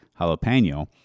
jalapeno